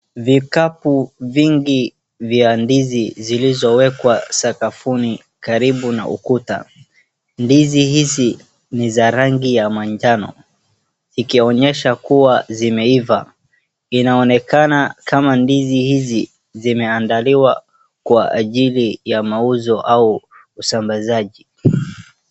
Vikapu vingi vya ndizi zilizowekwa sakafuni karibu na ukuta. Ndizi hizi ni za rangi ya manjano ikionyesha kuwa zimeiva inaonekana kama ndizi hizi zimeandaliwa kwa ajili ya mauzo au usambazaji.